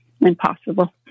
Impossible